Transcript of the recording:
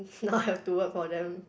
now I have to work for them